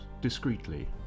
discreetly